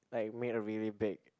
like make a really big